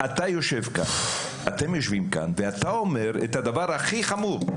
אתם יושבים כאן, ואתה אומר את הדבר הכי חמור.